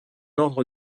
ordre